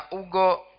ugo